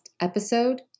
episode